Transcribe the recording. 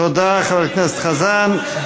תודה, חבר הכנסת חזן.